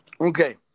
Okay